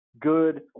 good